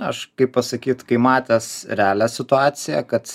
aš kaip pasakyt kai matęs realią situaciją kad